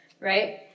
right